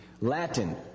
Latin